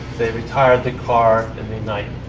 they retired the car in the night.